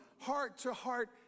heart-to-heart